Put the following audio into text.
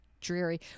dreary